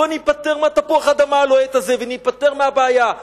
בואו ניפטר מתפוח האדמה הלוהט הזה, וניפטר מהבעיה.